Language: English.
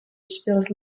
spilt